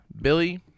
Billy